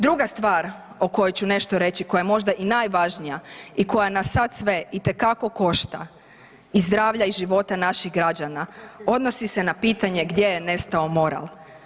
Druga stvar o kojoj ću nešto reći koja je možda i najvažnija i koja nas sad sve itekako košta i zdravlja i života naših građana odnosi se na pitanje gdje je nestao moral.